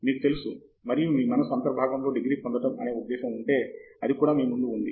మీకు తెలుసు మరియు మీ మనస్సు అంతర్భాగంలో డిగ్రీ పొందడం అనే ఉద్దేశ్యం ఉంటే అది కూడా మీ ముందు ఉంది